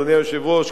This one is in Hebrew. אדוני היושב-ראש,